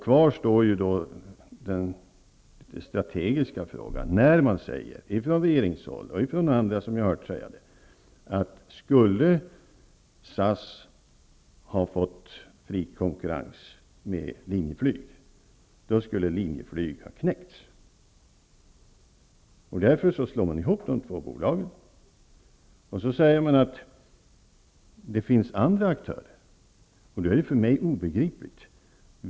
Kvar står den strategiska frågan, dvs. när man från regeringshåll och andra säger att om SAS Linjeflyg ha knäckts. Därför slås de två bolagen ihop. Sedan säger man att det finns andra aktörer. Det här är för mig obegripligt.